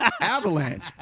avalanche